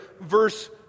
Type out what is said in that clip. Verse